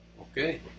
Okay